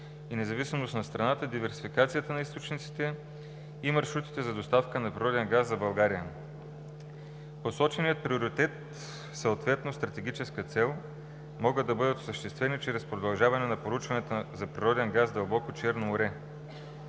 и независимост на страната, диверсификацията на източниците и маршрутите за доставка на природен газ за България. Посоченият приоритет, съответно стратегическата цел могат да бъдат осъществени чрез продължаване на проучванията за природен газ в дълбоко Черно море.